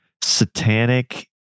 Satanic